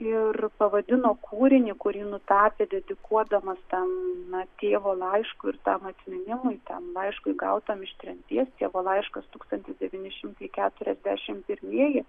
ir pavadino kūrinį kurį nutapė dedikuodamas ten na tėvo laiškui ir tam atminimui ten laiškui gautam iš tremties tėvo laiškas tūkstantis devyni šimtai keturiasdešimt pirmieji